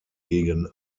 gegen